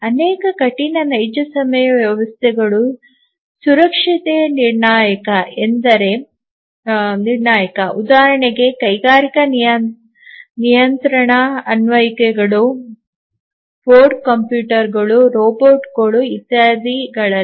ಅನೇಕ ಕಠಿಣ ನೈಜ ಸಮಯ ವ್ಯವಸ್ಥೆಗಳು ಸುರಕ್ಷತೆಯ ನಿರ್ಣಾಯಕ ಉದಾಹರಣೆಗೆ ಕೈಗಾರಿಕಾ ನಿಯಂತ್ರಣ ಅನ್ವಯಿಕೆಗಳು ಬೋರ್ಡ್ ಕಂಪ್ಯೂಟರ್ ರೋಬೋಟ್ಗಳು ಇತ್ಯಾದಿಗಳಲ್ಲಿ